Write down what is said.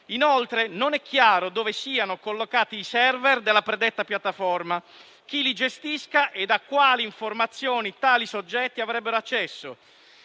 Inoltre, non è chiaro dove siano collocati i *server* della predetta piattaforma, chi li gestisca e a quali informazioni tali soggetti avrebbero accesso.